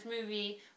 movie